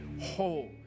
whole